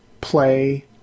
play